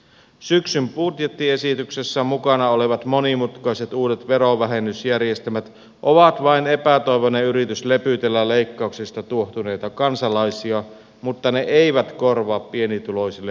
syksyn budjettiesityksessä mukana olevat monimutkaiset uudet verovähennysjärjestelmät ovat vain epätoivoinen yritys lepytellä leikkauksista tuohtuneita kansalaisia mutta ne eivät korvaa pienituloisille aiheutuvia menetyksiä